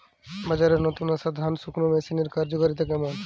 বাজারে নতুন আসা ধান শুকনোর মেশিনের কার্যকারিতা কেমন?